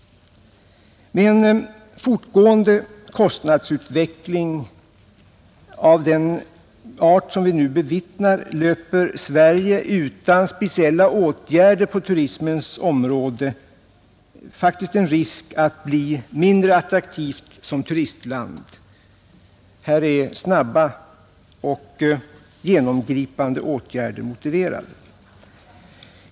Med en fortgående oförmånlig kostnadsutveckling av den art som vi nu bevittnar löper Sverige utan speciella åtgärder på turismens område faktiskt en risk att bli mindre attraktivt som turistland. Här är snabba och genomgripande åtgärder motiverade.